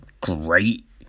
great